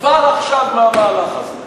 כבר עכשיו מהמהלך הזה.